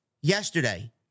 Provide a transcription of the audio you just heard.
yesterday